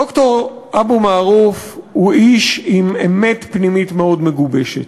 ד"ר אבו מערוף הוא איש עם אמת פנימית מאוד מגובשת,